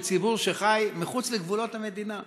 הציבור שחי מחוץ לגבולות המדינה.